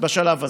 בשלב הזה.